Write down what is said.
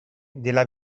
della